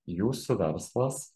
jūsų verslas